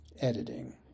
editing